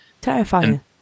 Terrifying